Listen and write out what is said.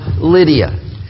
Lydia